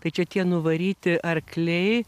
tai čia tie nuvaryti arkliai